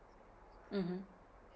mmhmm